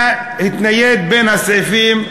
מהתקציב התניידו בין הסעיפים,